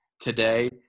today